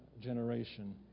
generation